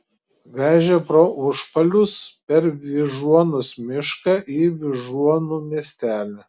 vežė pro užpalius per vyžuonos mišką į vyžuonų miestelį